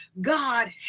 God